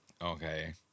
Okay